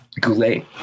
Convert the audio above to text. Goulet